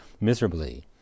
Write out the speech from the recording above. miserably